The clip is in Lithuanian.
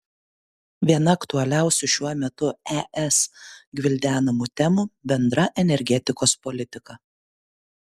viena aktualiausių šiuo metu es gvildenamų temų bendra energetikos politika